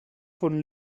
von